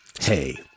hey